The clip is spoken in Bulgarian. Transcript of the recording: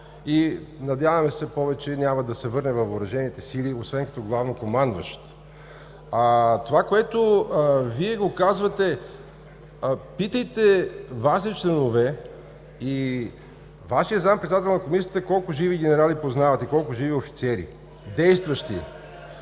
и, надяваме се, повече няма да се върне във Въоръжените сили, освен като главнокомандващ. Това, което Вие го казвате, питайте Ваши членове и Вашия заместник-председател на Комисията колко живи генерали познават и колко живи офицери – действащи.